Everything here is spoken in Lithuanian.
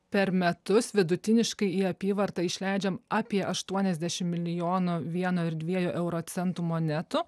per metus vidutiniškai į apyvartą išleidžiam apie aštuoniasdešim milijonų vieno ir dviejų euro centų monetų